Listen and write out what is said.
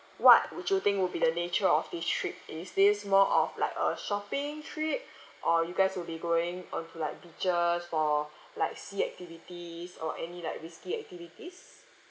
what would you think would be the nature of this trip is this more of like a shopping trip or you guys will be going onto like beaches for like sea activities or any like risky activities